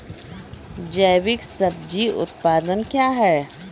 जैविक सब्जी उत्पादन क्या हैं?